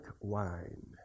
wine